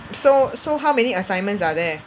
so so how many assignments are there